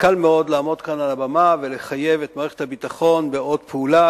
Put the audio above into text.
שקל מאוד לעמוד כאן על הבמה ולחייב את מערכת הביטחון בעוד פעולה,